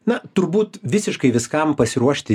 na turbūt visiškai viskam pasiruošti